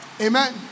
Amen